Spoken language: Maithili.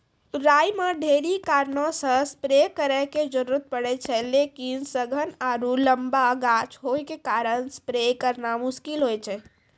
राई मे ढेरी कारणों से स्प्रे करे के जरूरत पड़े छै लेकिन सघन आरु लम्बा गाछ होय के कारण स्प्रे करना मुश्किल होय छै?